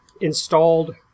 installed